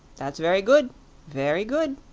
that's very good very good,